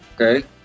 okay